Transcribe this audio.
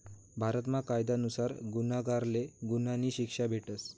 भारतमा कायदा नुसार गुन्हागारले गुन्हानी शिक्षा भेटस